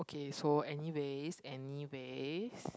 okay so anyways anyways